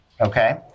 Okay